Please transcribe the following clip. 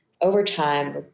overtime